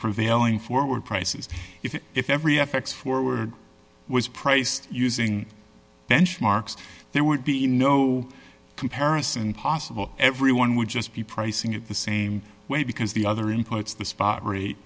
prevailing forward prices if every f x forward was priced using benchmarks there would be no comparison possible everyone would just be pricing it the same way because the other inputs the spot rate